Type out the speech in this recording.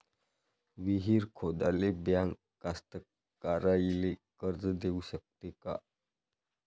विहीर खोदाले बँक कास्तकाराइले कर्ज देऊ शकते का?